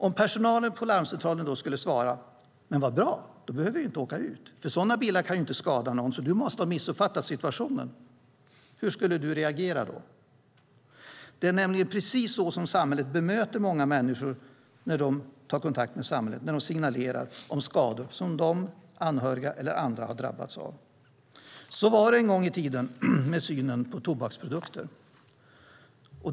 Om personalen på larmcentralen då skulle svara "Vad bra, då behöver vi inte åka ut, för sådana bilar kan ju inte skada någon, så du måste ha missuppfattat situationen", hur skulle du reagera då? Det är nämligen precis så samhället bemöter många människor när de tar kontakt med samhället och signalerar om skador som de, anhöriga eller andra har drabbats av. Så var det en gång i tiden med synen på tobaksprodukter.